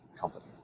company